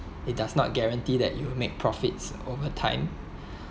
it does not guarantee that you will make profits over time